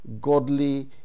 godly